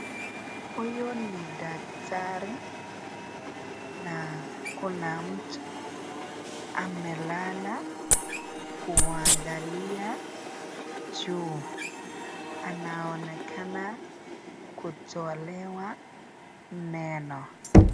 Huyu ni daktari na kuna mtu amelala kuangalia juu. Anaonekana kutolewa meno.